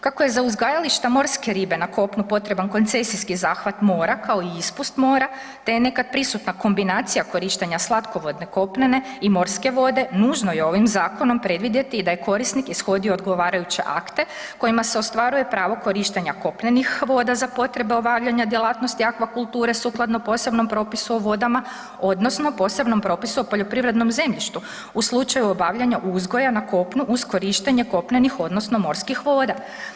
Kako je za uzgajališta morske ribe na kopnu potreban koncesijski zahvat mora kao i ispust mora, te je nekad prisutna kombinacija korištenja slatkovodne kopnene i morske vode, nužno je ovim zakonom predvidjeti da je korisnik ishodio odgovarajuće akte kojima se ostvaruje pravo korištenje kopnenih voda za potrebe obavljanja djelatnosti akvakulture sukladno posebnom propisu o vodama odnosno posebnom propisu o poljoprivrednom zemljištu u slučaju obavljanja uzgoja na kopnu uz korištenja kopnenih odnosno morskih voda.